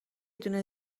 دونه